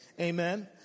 Amen